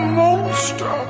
monster